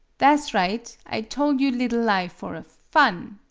tha' s right i tole you liddle lie for a fun.